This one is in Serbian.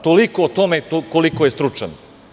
Toliko o tome koliko je stručan.